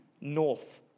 north